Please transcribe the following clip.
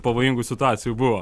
pavojingų situacijų buvo